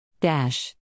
Dash